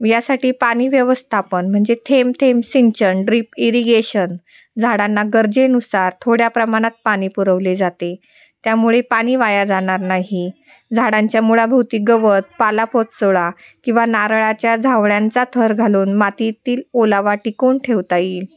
यासाठी पाणी व्यवस्थापन म्हणजे थेंब थेंब सिंचन ड्रीप इरिगेशन झाडांना गरजेनुसार थोड्या प्रमाणात पाणी पुरवले जाते त्यामुळे पाणी वाया जाणार नाही झाडांच्या मुळाभोवती गवत पालापाचोळा किंवा नारळाच्या झावळ्यांचा थर घालून मातीतील ओलावा टिकवून ठेवता येईल